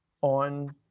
on